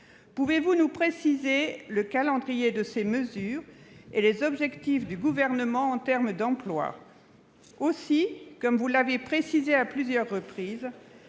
Pouvez-vous nous préciser le calendrier de ces mesures et les objectifs du Gouvernement en matière d'emploi ? Comme vous l'avez précisé à plusieurs reprises,